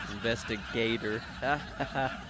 investigator